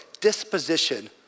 disposition